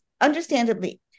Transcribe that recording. understandably